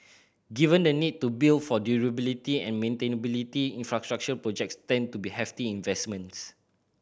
given the need to build for durability and maintainability infrastructure projects tend to be hefty investments